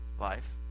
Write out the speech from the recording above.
life